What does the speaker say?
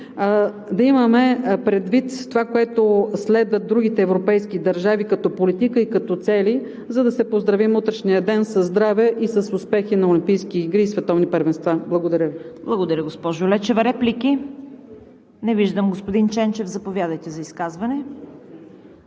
да имаме предвид това, което следват другите европейски държави – като политика и като цели, за да се поздравим утрешния ден със здраве и с успехи на олимпийски игри и световни първенства. Благодаря Ви. ПРЕДСЕДАТЕЛ ЦВЕТА КАРАЯНЧЕВА: Благодаря, госпожо Лечева. Реплики? Не виждам. Господин Ченчев, заповядайте за изказване.